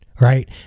right